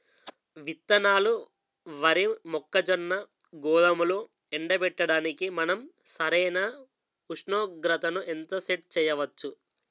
విత్తనాలు వరి, మొక్కజొన్న, గోధుమలు ఎండబెట్టడానికి మనం సరైన ఉష్ణోగ్రతను ఎంత సెట్ చేయవచ్చు?